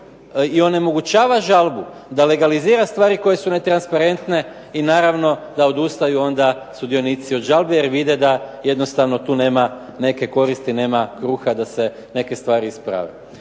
i onemogućava žalbu, da legalizira stvari koje su netransparentne i naravno da odustaju onda sudionici od žalbi jer vide da jednostavno tu nema neke koristi, nema kruha da se neke stvari isprave.